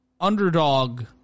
underdog